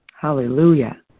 Hallelujah